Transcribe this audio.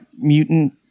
mutant